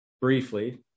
briefly